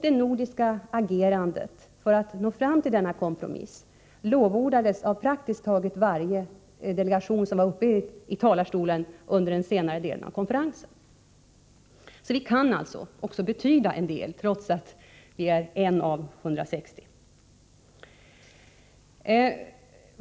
Det nordiska agerandet för att nå fram till denna kompromiss lovordades av praktiskt taget varje delegationsföreträdate som var uppe i talarstolen under den senare delen av konferensen. Vi kan alltså betyda en del, trots att vi är en stat av 160 stater.